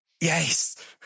Yes